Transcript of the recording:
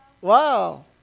Wow